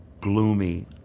gloomy